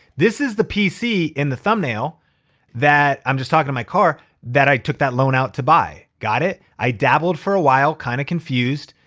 this is the pc in the thumbnail that i'm just talking to my car that i took that loan out to buy. got it? i dabbled for a while, kinda confused.